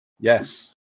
Yes